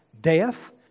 death